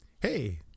hey